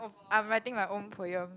I'm writing my own poem